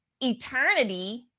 eternity